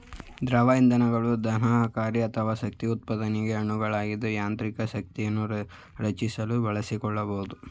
ದ್ರವ ಇಂಧನಗಳು ದಹನಕಾರಿ ಅಥವಾ ಶಕ್ತಿಉತ್ಪಾದಿಸುವ ಅಣುಗಳಾಗಿದ್ದು ಯಾಂತ್ರಿಕ ಶಕ್ತಿಯನ್ನು ರಚಿಸಲು ಬಳಸಿಕೊಳ್ಬೋದು